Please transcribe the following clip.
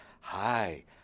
Hi